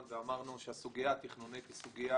ואמרנו שהסוגיה התכנונית היא סוגיה